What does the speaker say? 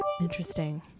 interesting